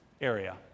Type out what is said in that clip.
area